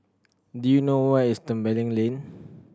do you know where is Tembeling Lane